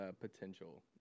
potential